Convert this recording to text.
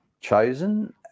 chosen